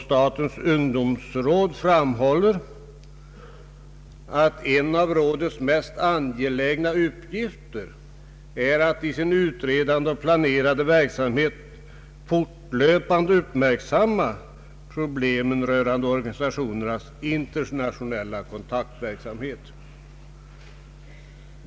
Statens ungdomsråd framhåller att en av rådets mest angelägna uppgifter är att i sin utredande och planerande verksamhet fortlöpande uppmärksamma problemen rörande organisationernas internationella kontaktverksamhet.